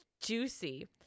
juicy